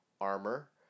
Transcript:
armor